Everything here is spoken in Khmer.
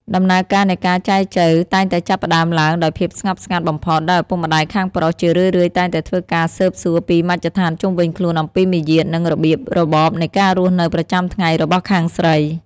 ដំណើរការនៃការចែចូវតែងតែចាប់ផ្ដើមឡើងដោយភាពស្ងប់ស្ងាត់បំផុត ដោយឪពុកម្ដាយខាងប្រុសជារឿយៗតែងតែធ្វើការស៊ើបសួរពីមជ្ឈដ្ឋានជុំវិញខ្លួនអំពីមាយាទ និងរបៀបរបបនៃការរស់នៅប្រចាំថ្ងៃរបស់ខាងស្រី។